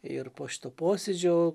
ir po šito posėdžio